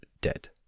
dead